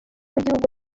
w’igihugu